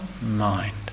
mind